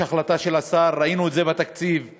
יש החלטה של השר, ראינו את זה בתקציב אתמול,